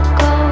go